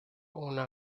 una